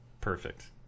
Perfect